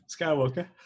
Skywalker